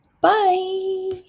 bye